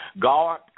God